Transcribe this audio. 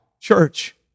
church